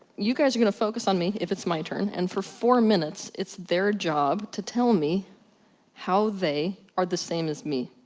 you guys are gonna focus on me. if it's my turn. and for four minutes it's their job to tell me how they are the same as me.